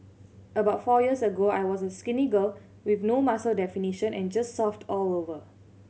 about four years ago I was a skinny girl with no muscle definition and just soft all over